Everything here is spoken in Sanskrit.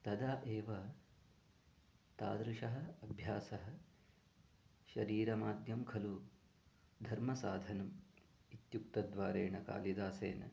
तदा एव तादृशः अभ्यासः शरीरमाध्यं खलु धर्मसाधनम् इत्युक्तद्वारेण कालिदासेन